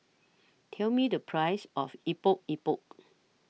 Tell Me The Price of Epok Epok